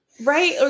Right